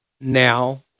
now